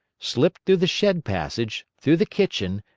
slipped through the shed passage, through the kitchen,